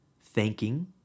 thanking